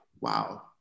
Wow